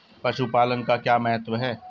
पशुपालन का क्या महत्व है?